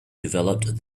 developed